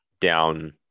down